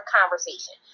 conversation